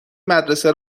مدرسه